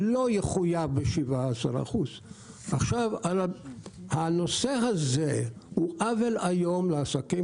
לא יחויב ב- 17%. הנושא הזה הוא עוול איום לעסקים